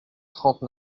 trente